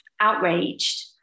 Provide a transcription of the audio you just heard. outraged